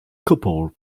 couple